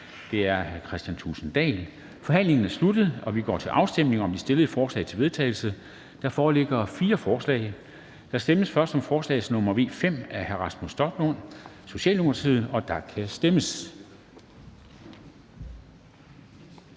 Dam Kristensen): Forhandlingen er sluttet, og vi går til afstemning om de stillede forslag til vedtagelse. Der foreligger fire forslag. Der stemmes først om forslag til vedtagelse nr. V 5 af Rasmus Stoklund (S), og der kan stemmes.